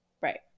right